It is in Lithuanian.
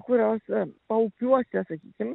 kurios paupiuose sakykim